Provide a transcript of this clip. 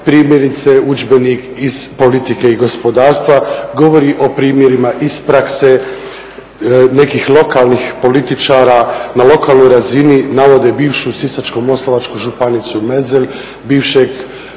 primjerice udžbenik iz politike i gospodarstva govori o primjerima iz prakse nekih lokalnih političara na lokalnoj razini, navode bivšu Sisačko-moslavačku županicu Merzel, bivšeg